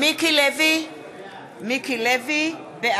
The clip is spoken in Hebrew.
(קוראת בשם חבר הכנסת) מיקי לוי, בעד